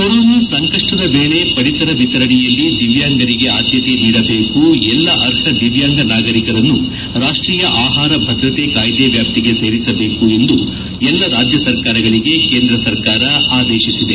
corona ಸಂಕಷ್ಟದ ವೇಳೆ ಪಡಿತರ ವಿತರಣೆಯಲ್ಲಿ ದಿವ್ಯಾಂಗರಿಗೆ ಆದ್ಯತೆ ನೀಡಬೇಕು ಎಲ್ಲಾ ಅರ್ಹ ದಿವ್ಯಾಂಗ ನಾಗರಿಕರನ್ನು ರಾಷ್ಟೀಯ ಆಹಾರ ಭದ್ರತೆ ಕಾಯ್ದೆ ವ್ಯಾಪ್ತಿಗೆ ಸೇರಿಸಬೇಕು ಎಂದು ಎಲ್ಲಾ ರಾಜ್ಯ ಸರ್ಕಾರಗಳಿಗೆ ಕೇಂದ್ರ ಸರ್ಕಾರ ಆದೇಶಿಸಿದೆ